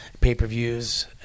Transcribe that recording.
pay-per-views